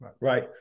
Right